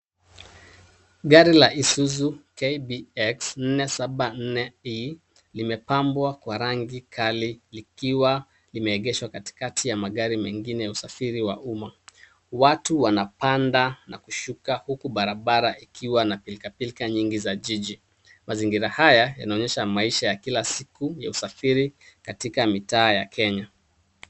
Gari la Isuzu KBX 474E imepambwa kwa rangi kali likiwa limeegeshwa katikati ya magari mengine ya usafiri wa umma. Watu wanapanda na kushuka huku barabara ikiwa na pilika pilika nyingi za jiji. Mazingira haya yanaonyesha maisha ya kila siku ya usafiri katika mitaa ya Kenya.